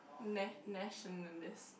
nationalist